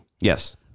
Yes